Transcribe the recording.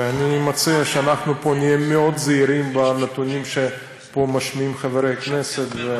ואני מציע שאנחנו פה נהיה מאוד זהירים בנתונים שמשמיעים חברי הכנסת.